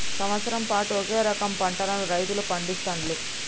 సంవత్సరం పాటు ఒకే రకం పంటలను రైతులు పండిస్తాండ్లు